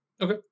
Okay